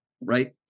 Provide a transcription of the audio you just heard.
right